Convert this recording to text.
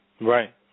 right